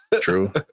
True